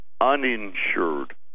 uninsured